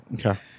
Okay